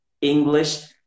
English